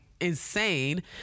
insane